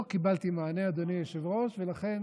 לא קיבלתי מענה, אדוני היושב-ראש, ולכן